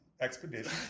Expedition